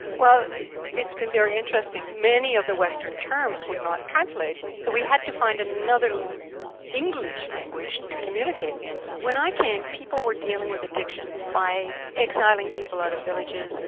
well it's been very interesting. many of the western terms would not translate so we had to find another english language to communicate in. when i came people were dealing with addiction by exiling people out of villages, like